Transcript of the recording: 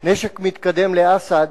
נשק מתקדם לאסד,